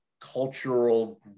cultural